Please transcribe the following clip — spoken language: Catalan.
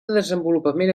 desenvolupament